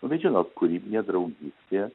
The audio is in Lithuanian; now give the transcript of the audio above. bet žinot kūrybinė draugystė